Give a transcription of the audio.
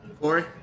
Corey